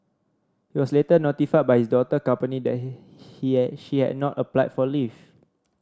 he was later notified by his daughter company that he he had she had not applied for leave